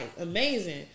amazing